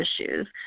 issues